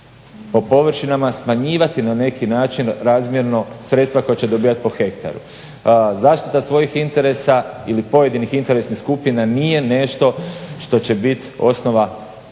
po površinama smanjivati na neki način razmjerno sredstva koja će dobivati po hektaru. Zaštita svojih interesa ili pojedinih interesnih skupina nije nešto što će biti osnova